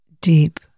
deep